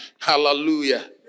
Hallelujah